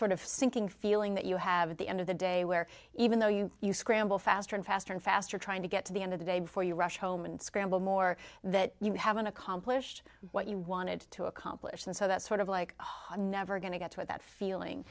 sort of sinking feeling that you have at the end of the day where even though you you scramble faster and faster and faster trying to get to the end of the day before you rush home and scramble more that you haven't accomplished what you wanted to accomplish and so that's sort of like i'm never going to get to it that feeling